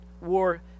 War